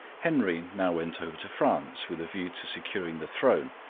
henry now went over to france with a view to securing the throne,